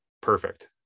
perfect